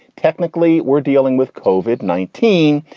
technically, we're dealing with cauvin nineteen,